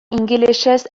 ingelesez